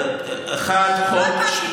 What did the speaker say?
לא הבנתי.